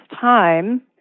time